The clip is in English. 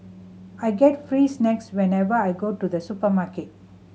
I get free snacks whenever I go to the supermarket